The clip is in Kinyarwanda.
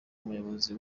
umuyobozi